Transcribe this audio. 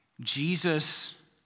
Jesus